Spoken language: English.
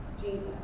Jesus